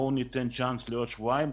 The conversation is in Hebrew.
בואו ניתן צ'אנס עוד שבועיים,